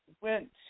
went